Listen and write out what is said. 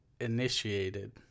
initiated